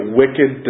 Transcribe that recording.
wicked